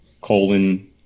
colon